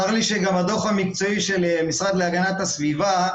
צר לי שגם הדוח המקצועי של המשרד להגנת הסביבה,